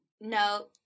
no